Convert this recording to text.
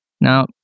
Now